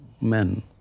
men